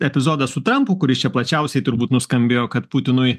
epizodas su trampu kuris čia plačiausiai turbūt nuskambėjo kad putinui